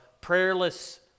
prayerless